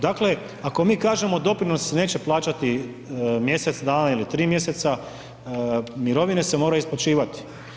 Dakle, ako mi kažemo doprinosi se neće plaćati mjesec dana ili 3 mj., mirovine se moraju isplaćivati.